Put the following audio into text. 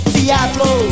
Diablo